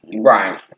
Right